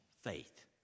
faith